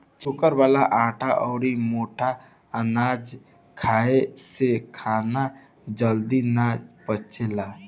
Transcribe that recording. चोकर वाला आटा अउरी मोट अनाज खाए से खाना जल्दी ना पचेला